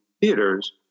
theaters